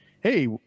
hey